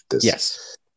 Yes